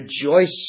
rejoice